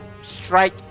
strike